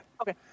Okay